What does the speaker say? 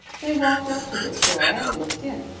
they walked up to this door and looked in.